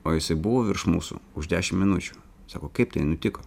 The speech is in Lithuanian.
o jisai buvo virš mūsų už dešimt minučių sako kaip tai nutiko